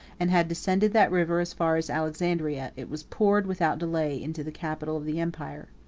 and had descended that river as far as alexandria, it was poured, without delay, into the capital of the empire.